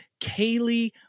Kaylee